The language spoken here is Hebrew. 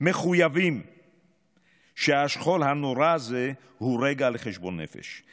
מחויבים שהשכול הנורא הזה הוא רגע לחשבון נפש,